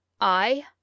I